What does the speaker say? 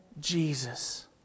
Jesus